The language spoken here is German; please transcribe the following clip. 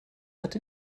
hatte